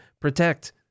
protect